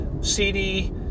CD